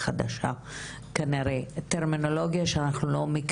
לא רק ללמוד את הטכניקות שמשתמשים בהן,